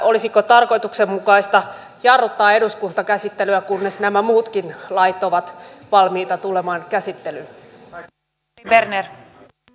olisiko tarkoituksenmukaista jarruttaa eduskuntakäsittelyä kunnes nämä muutkin lait ovat valmiita tulemaan käsittelyyn